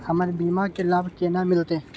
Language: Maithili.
हमर बीमा के लाभ केना मिलते?